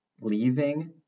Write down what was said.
leaving